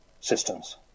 systems